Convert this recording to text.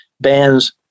bands